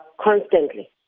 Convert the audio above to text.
constantly